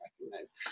recognize